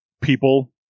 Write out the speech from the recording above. people